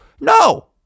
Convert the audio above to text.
no